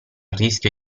rischio